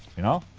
you know?